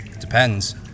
Depends